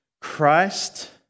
Christ